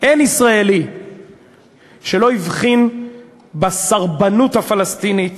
אין ישראלי שלא הבחין בסרבנות הפלסטינית